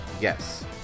Yes